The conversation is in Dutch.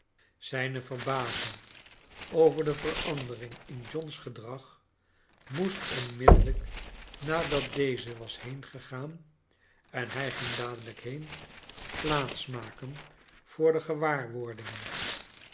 zijne verbazing over de verandering in john's gedrag moest onmiddellijk nadat deze was heengegaan en hij ging dadelijk heen plaats maken voor de gewaarwordingen